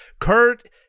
Kurt